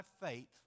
faith